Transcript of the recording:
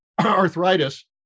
arthritis